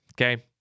okay